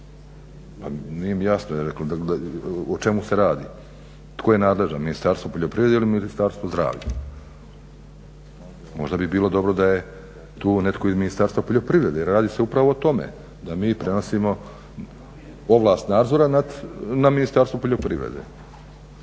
pa nije mi jasno o čemu se radi, tko je nadležan Ministarstvo poljoprivrede ili Ministarstvo zdravlja. Možda bi bilo dobro da je tu netko iz Ministarstva poljoprivrede jer radi se upravo o tome da mi prenosimo ovlast nadzora na Ministarstvo poljoprivrede.